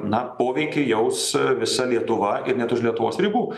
na poveikį jaus visa lietuva ir net už lietuvos ribų